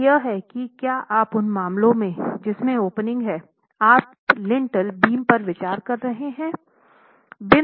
सवाल यह है कि क्या आप उन मामलों में जिसमें ओपनिंग हैं आप लिंटल बीम पर विचार कर रहे हैं